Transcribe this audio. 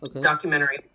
documentary